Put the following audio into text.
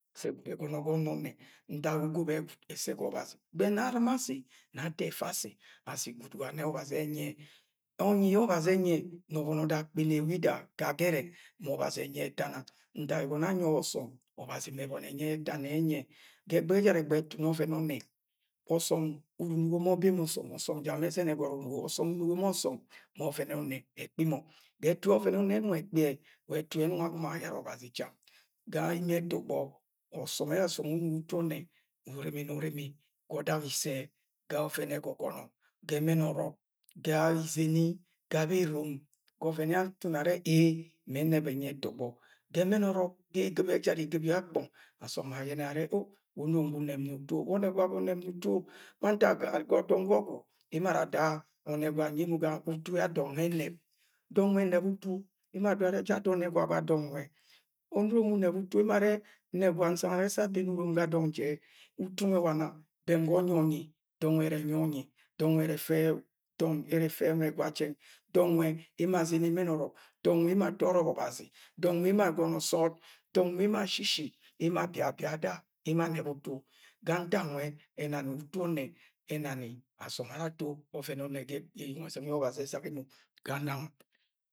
Sẹ gwud ẹgọnọ ga onnẹ, ntak ugọbẹ gwud ẹsẹ ga Obazi but nẹ ar̵ima asi, nẹ ato ẹfa asi, ashi gwud wa nẹ Ọbazi enyi ẹ. Ọnyi yẹ Ọbazi ẹnyi-ẹ, nọ bọni ada akpene wida ga gẹrẹk ma Ọbazi ẹnyi ẹta nang. Ntak ẹgọnọ yẹ anyi ọsọm, Ọbazi mẹ ebọni ẹnyi ẹ ẹta nang nẹ ẹnyi ẹ. Ga ẹgbẹghẹ ẹjara ẹgbẹghẹ tun ọvẹn ọnnẹ. Ọsọm uru unugo ma obẹ emo ọsọm. Ọsọm ja ma ẹzẹn ẹgọt unugo. Uru unugo ma ọsọm na ọvẹn ọnnẹ ẹkpi mọ. Ga ẹtu yẹ ọvẹn ọnnẹ ẹnọng ekpi yẹ wa ẹtu yẹ anọng agọmọ ayara Ọbazi cham Ga imi ẹtọgbọ, ọsọm ẹjara. Ọsọm wẹ unugo utu ọnnẹ urimini urimi ga ọdak iss ẹ, ga ọvẹn ẹgọgọnọ, ga ẹmẹn ọrọk, ga iseni, ga bẹ erom ga ọvẹn atun arẹ ee mẹ eneb ẹnyi ẹtọgbọ. Ga ẹmẹn ọrọk, ga en̵ib ẹjara eg̵ib yẹ akpọng asọm ma ayẹnẹ arẹ wẹ onurom gwọ unẹbni utu o! Ma ntak ga dọng ga ọgwu ara ada ọnẹgwa anyi emo ga utu yẹ dọng nwẹ ẹnẹb. Dọng nwẹ ẹnẹb utu emo ara adoro yẹ ara wa aja ada ọnẹgwa ga dọng nwẹ. Onurom unẹb utu emo adore ye arẹ, ọnẹgwa nsang nne̱ sẹ abene urom ga dong jẹ. Utu nwẹ wa nan? Bẹng ga onyi onyi, dọng nwẹ ẹrẹ ẹnyi ọnyi, dọng nwẹ ẹrẹ ẹfẹ ọnẹgwa jen. Dọng nwẹ emo ara azene ẹmẹn ọrọk. Dọng nwẹ emo ato ọrọbọ Ọbazi. Dọng nwẹ emo sọọd. Dọng nwẹ emo ashishi. Emo abia, abia ada. Ga ntak nwe ẹnani utu ọnnẹ ẹna asọm ara ato ọvẹn onne ga eyeng ọzẹng yẹ Ọbazi ezaga emo ga nang.